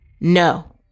No